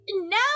Now